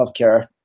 healthcare